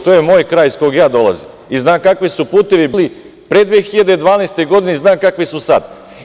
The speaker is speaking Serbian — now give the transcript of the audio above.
To je moj kraj iz kog ja dolazim i znam kavi su putevi bili pre 2012. godine i znam kakvi su sad.